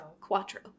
Quattro